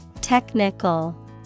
Technical